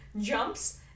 jumps